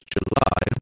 July